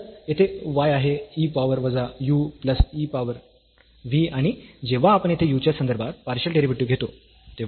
तर येथे y आहे e पॉवर वजा u plus e power v आणि जेव्हा आपण येथे u च्या संदर्भात पार्शियल डेरिव्हेटिव्ह घेतो